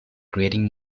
creating